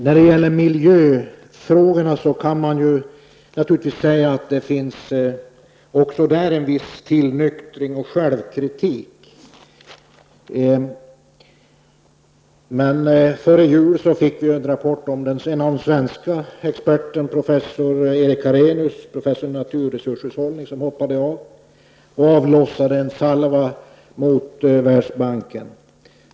När det gäller miljöfrågorna kan man naturligtvis säga att det har blivit en viss tillnyktring och självkritik. Före jul fick vi en rapport från den svenske experten i naturresurshushållning professor Erik Arrhenius. Han hoppade av och avlossade en salva mot Världsbanken.